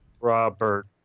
Robert